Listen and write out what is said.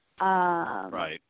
Right